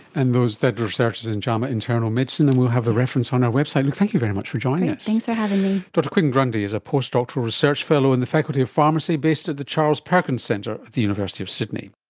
and that research is in jama internal medicine, and we will have the reference on our website. and thank you very much for joining us. thanks for having me. dr quinn grundy is a postdoctoral research fellow in the faculty of pharmacy based at the charles perkins centre at the university of sydney